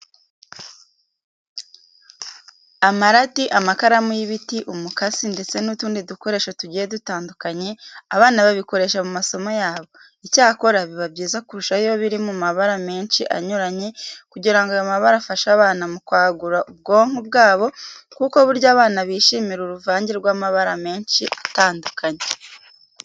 Amarati, amakaramu y'ibiti, umukasi ndetse n'utundi dukoresho tugiye dutandukanye, abana babikoresha mu masomo yabo. Icyakora, biba byiza kurushaho iyo biri mu mabara menshi anyuranye kugira ngo ayo mabara afashe abana mu kwagura ubwonko bwabo kuko burya abana bishimira uruvanjye rw'amabara menshi atandukanye.